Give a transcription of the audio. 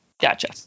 Gotcha